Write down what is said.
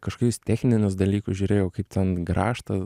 kažkokius techninius dalykus žiūrėjau kaip ten grąžtą